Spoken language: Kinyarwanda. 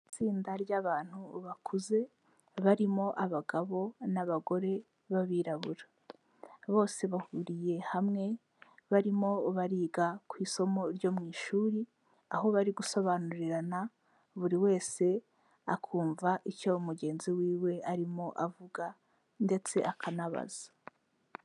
Itsinda ry'abantu bakuze barimo, abagabo n'abagore b'abirabura. Bose bahuriye hamwe barimo bariga ku isomo ryo mu ishuri, aho bari gusobanurirana buri wese akumva icyo mugenzi wiwe arimo avuga ndetse akanabaza.